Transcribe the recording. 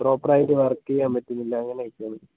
proper ആയിട്ട് work ചെയ്യാൻ പറ്റുന്നില്ല അങ്ങനെയൊക്കെയാണ്